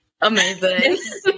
amazing